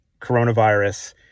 coronavirus